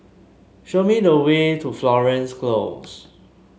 show me the way to Florence Close